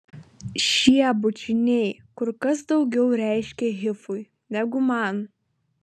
šie bučiniai kur kas daugiau reiškė hifui negu man